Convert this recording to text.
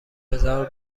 بزار